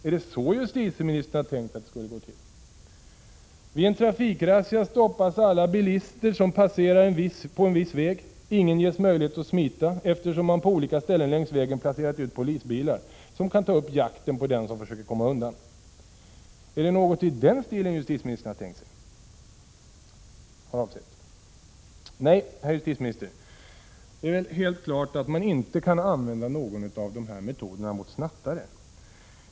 Är det så justitieministern har tänkt att det skulle gå till? Vid en trafikrazzia stoppas alla bilister som passerar på en viss väg. Ingen ges möjlighet att smita, eftersom man på olika ställen längs vägen placerat ut polisbilar, som kan ta upp jakten på den som försöker komma undan. Är det något i den stilen justitieministern har avsett? Nej, herr justitieminister, det är väl helt klart att man inte kan använda någon av de här metoderna mot snattare.